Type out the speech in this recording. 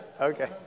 Okay